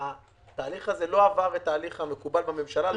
התהליך הזה לא עבר את ההליך המקובל בממשלה.